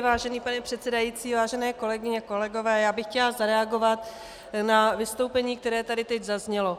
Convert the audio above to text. Vážený pane předsedající, vážené kolegyně, kolegové, chtěla bych zareagovat na vystoupení, které tady teď zaznělo.